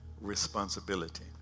responsibility